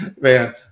Man